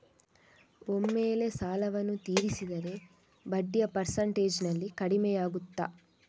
ಒಮ್ಮೆಲೇ ಸಾಲವನ್ನು ತೀರಿಸಿದರೆ ಬಡ್ಡಿಯ ಪರ್ಸೆಂಟೇಜ್ನಲ್ಲಿ ಕಡಿಮೆಯಾಗುತ್ತಾ?